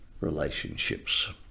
relationships